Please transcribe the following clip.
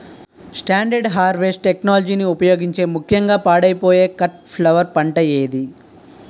Standard harvest టెక్నాలజీని ఉపయోగించే ముక్యంగా పాడైపోయే కట్ ఫ్లవర్ పంట ఏది?